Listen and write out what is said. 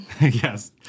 Yes